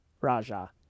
Raja